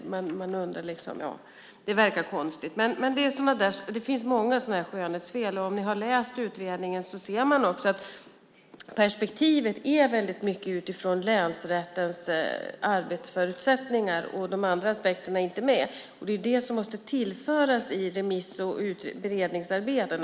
Det finns många sådana skönhetsfel. Ni som har läst utredningen har också sett att perspektivet är väldigt mycket utifrån länsrättens arbetsförutsättningar och att de andra aspekterna inte finns med. Det är det som naturligtvis måste tillföras i remiss och beredningsarbetet.